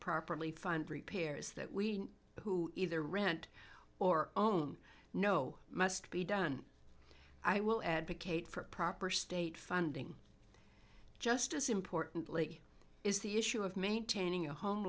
properly fund repairs that we who either rent or own no must be done i will advocate for proper state funding just as importantly is the issue of maintaining a home